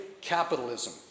capitalism